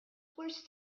worse